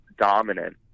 dominant